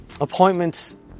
appointments